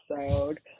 episode